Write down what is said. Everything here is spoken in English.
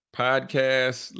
podcast